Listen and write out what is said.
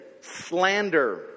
slander